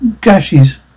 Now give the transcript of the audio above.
gashes